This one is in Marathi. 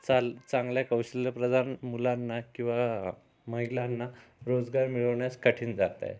चाल चांगल्या कौशल्यप्रधान मुलांना किंवा महिलांना रोजगार मिळवण्यास कठीण जात आहे